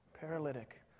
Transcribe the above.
Paralytic